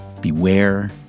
beware